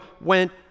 went